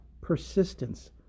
persistence